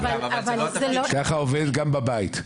ככה זה עובד גם בבית.